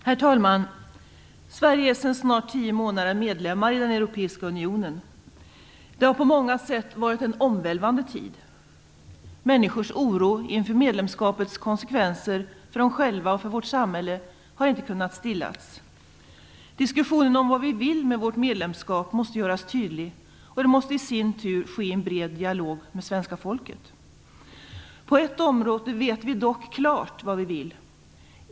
Herr talman! Sverige är sedan snart tio månader medlem i Europeiska unionen. Det har på många sätt varit en omvälvande tid. Människors oro inför medlemskapets konsekvenser för dem själva och för vårt samhälle har inte kunna stillas. Diskussionen om vad vi vill med vårt medlemskap måste göras tydlig, och det måste i sin tur ske i en bred dialog med svenska folket. På ett område vet vi dock klart vad vi vill.